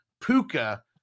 Puka